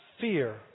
fear